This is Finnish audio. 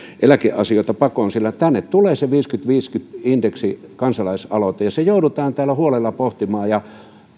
eläkeasioita pakoon sillä tänne tulee se viisikymmentä viiva viisikymmentä indeksiä koskeva kansalaisaloite ja se joudutaan täällä huolella pohtimaan ja